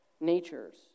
natures